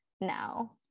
now